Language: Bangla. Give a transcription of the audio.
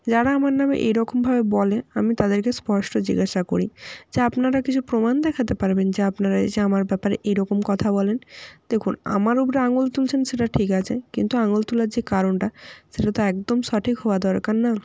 যারা আমার নামে এরকমভাবে বলে আমি তাদেরকে স্পষ্ট জিজ্ঞাসা করি যে আপনারা কিছু প্রমাণ দেখাতে পারবেন যে আপনারা এই যে আমার ব্যাপারে এই রকম কথা বলেন দেখুন আমার উপরে আঙুল তুলছেন সেটা ঠিক আছে কিন্তু আঙুল তোলার যে কারণটা সেটা তো একদম সঠিক হওয়া দরকার না